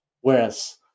Whereas